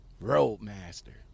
Roadmaster